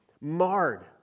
marred